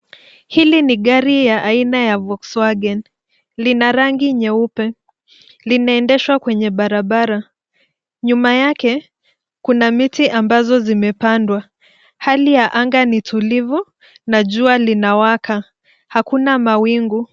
Hili ni gari ya aina ya Volkswagen , lina rangi nyeupe. Linaendeshwa kwenye barabara. Nyuma yake kuna miti ambazo zimepandwa. Hali ya angani ni tulivu na jua linawaka. Hakuna mawingu.